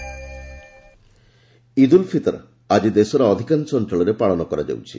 ଇଦ୍ ଉଲ୍ ଫିତର୍ ଇଦ୍ ଉଲ୍ ଫିତର୍ ଆଜି ଦେଶର ଅଧିକାଂଶ ଅଞ୍ଚଳରେ ପାଳନ କରାଯାଉଛି